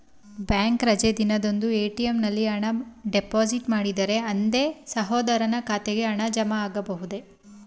Bank ರಜೆ ದಿನದಂದು ATM ನಲ್ಲಿ ಹಣ ಡಿಪಾಸಿಟ್ ಮಾಡಿದರೆ ಅಂದೇ ಸಹೋದರನ ಖಾತೆಗೆ ಹಣ ಜಮಾ ಆಗಬಹುದೇ?